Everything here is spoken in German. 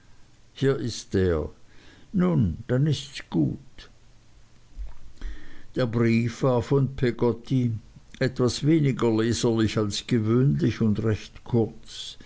hier ist er nun dann ists gut der brief war von peggotty etwas weniger leserlich als gewöhnlich und recht kurz